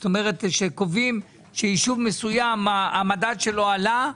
זאת אומרת, כשקובעים שיישוב מסוים המדד שלו עלה,